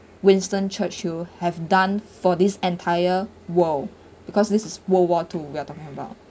winston churchill have done for this entire world because this is world war two we're talking about